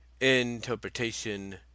interpretation